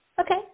Okay